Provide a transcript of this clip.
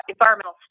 environmental